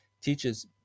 teaches